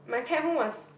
my cab home was